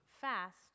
fast